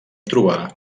trobar